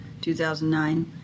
2009